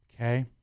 Okay